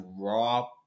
raw